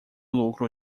lucro